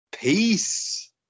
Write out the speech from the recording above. peace